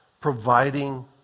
providing